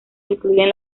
incluyen